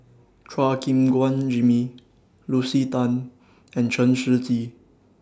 Chua Gim Guan Jimmy Lucy Tan and Chen Shiji